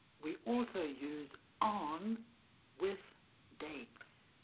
we also use on with dates.